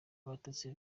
abatutsi